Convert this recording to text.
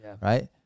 right